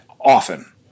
often